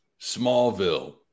Smallville